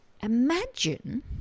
imagine